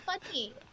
funny